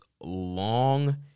long